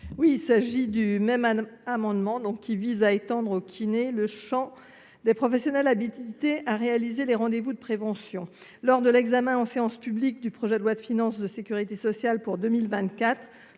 identique au précédent, vise à étendre aux kinés le champ des professionnels habilités à réaliser les rendez vous de prévention. Lors de l’examen en séance publique du projet de loi de financement de la sécurité sociale pour 2024,